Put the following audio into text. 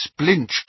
Splinched